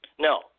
No